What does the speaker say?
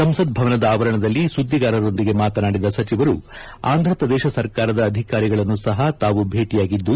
ಸಂಸತ್ ಭವನದ ಆವರಣದಲ್ಲಿ ಸುದ್ದಿಗಾರರೊಂದಿಗೆ ಮಾತನಾಡಿದ ಸಚಿವರು ಆಂಧಪ್ರದೇಶ ಸರ್ಕಾರದ ಅಧಿಕಾರಿಗಳನ್ನು ಸಹ ತಾವು ಭೇಟಿಯಾಗಿದ್ದು